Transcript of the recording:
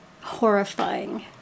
horrifying